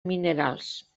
minerals